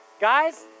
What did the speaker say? Guys